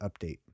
update